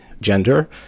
gender